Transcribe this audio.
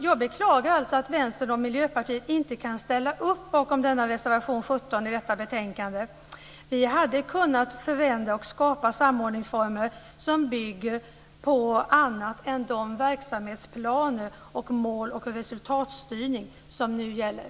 Jag beklagar alltså att Vänstern och Miljöpartiet inte kan ställa upp bakom reservation 17 i detta betänkande. Vi hade kunnat förändra och skapa samordningsformer som bygger på annat än de verksamhetsplaner och den mål och resultatstyrning som nu gäller.